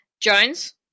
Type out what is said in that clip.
Jones